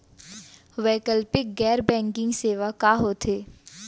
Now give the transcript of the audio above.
वैकल्पिक गैर बैंकिंग सेवा का होथे?